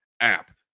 app